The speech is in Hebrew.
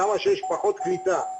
כמה שיש פחות קליטה,